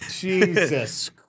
Jesus